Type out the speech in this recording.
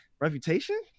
reputation